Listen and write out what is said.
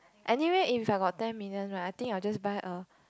anyway if I got ten million right I think I'll just buy a